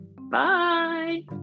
Bye